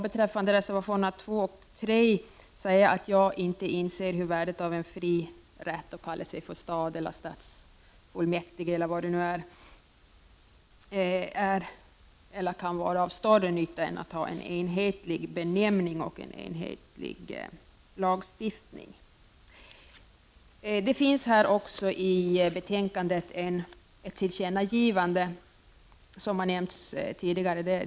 Beträffande reservationerna 2 och 3 vill jag säga att jag inte inser hur värdet av en fri rätt att kalla sig stad, stadsfullmäktige eller vad det nu är kan vara av större nytta än att ha en enhetlig benämning och en enhetlig lagstiftning. Det finns i betänkandet också ett tillkännagivande, som har nämnts tidigare.